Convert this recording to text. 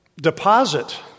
deposit